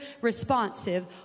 responsive